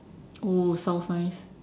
oh sounds nice